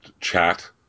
chat